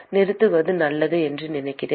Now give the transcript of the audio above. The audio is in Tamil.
நிறுத்துவது நல்லது என்று நினைக்கிறேன்